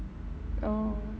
oh